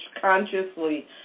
consciously